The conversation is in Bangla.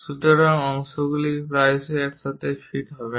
সুতরাং অংশগুলি প্রায়শই একসাথে ফিট হবে না